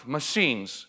machines